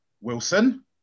Wilson